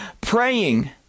praying